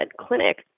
clinic